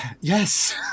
Yes